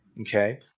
Okay